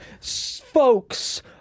folks